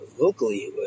locally